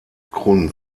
grund